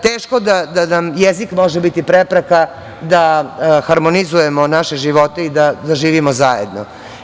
Teško da nam jezik može biti prepreka da harmonizujemo naše živote i da zaživimo zajedno.